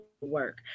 Work